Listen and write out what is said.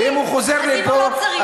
ואם הוא חוזר לפה,